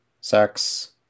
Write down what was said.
sex